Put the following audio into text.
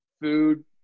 food